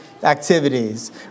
activities